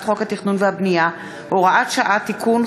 חוק התכנון והבנייה (הוראת שעה) (תיקון,